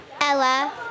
Ella